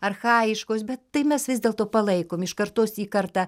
archaiškos bet tai mes vis dėlto palaikom iš kartos į kartą